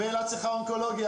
ואילת צריכה אונקולוגיה,